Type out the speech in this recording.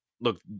look